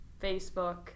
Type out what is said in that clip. Facebook